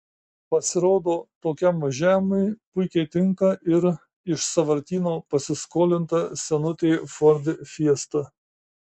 pasirodo tokiam važiavimui puikiai tinka ir iš sąvartyno pasiskolinta senutė ford fiesta